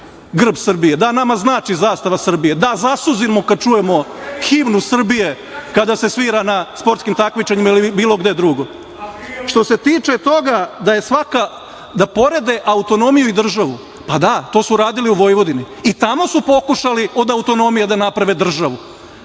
grb Srbije. Da, nama znači zastava Srbije. Da, zasuzimo kad čujemo himnu Srbije, kada se svira na sportskim takmičenjima ili bilo gde drugo. Što se tiče toga da porede autonomiju i državu, pa da, to su radili u Vojvodini. I tamo su pokušali od autonomije da naprave državu,